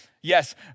Yes